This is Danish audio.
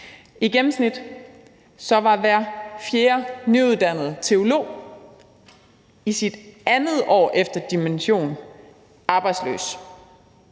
I gennemsnit var hver fjerde nyuddannede teolog i sit andet år efter dimension arbejdsløs